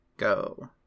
go